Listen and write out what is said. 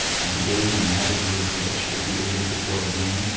and he gave him a magic root which, if he ate it before the game,